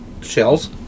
Shells